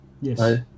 Yes